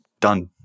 done